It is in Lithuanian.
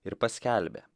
ir paskelbė